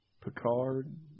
Picard